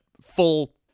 full